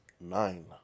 nine